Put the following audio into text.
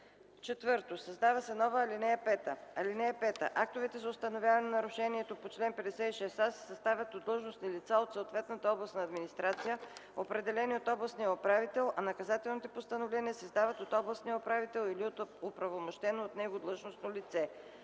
4. Създава се нова ал. 5: „(5) Актовете за установяване на нарушението по чл. 56а се съставят от длъжностни лица от съответната областна администрация, определени от областния управител, а наказателните постановления се издават от областния управител или от оправомощено от него длъжностно лице.”